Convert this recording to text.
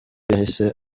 yahise